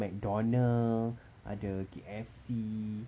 mcdonald ada K_F_C